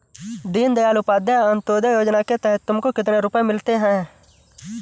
दीन दयाल उपाध्याय अंत्योदया योजना के तहत तुमको कितने रुपये मिलते हैं